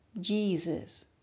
Jesus